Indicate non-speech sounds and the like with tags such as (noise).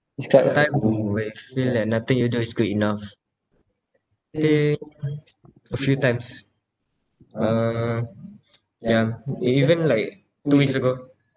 describe a time where you feel like nothing you do is good enough I think a few times uh (noise) ya e~ even like two weeks ago